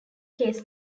case